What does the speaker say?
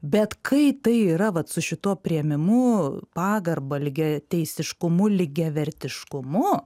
bet kai tai yra vat su šituo priėmimu pagarba lygiateisiškumu lygiavertiškumu